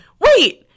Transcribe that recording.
wait